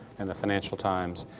and the financial times.